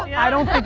i don't